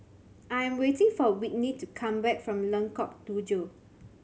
I am waiting for Whitney to come back from Lengkok Tujoh